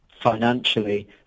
financially